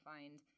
find